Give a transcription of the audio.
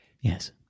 Yes